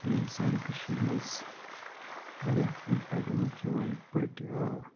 یِم سانہِ کٔشیٖرِ منٛز واریاہ فُڈ آیٹَمٕز چھِ یِوان یِتھ پٲٹھۍ